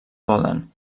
poden